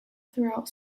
throughout